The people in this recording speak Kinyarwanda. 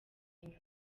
inyuma